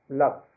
love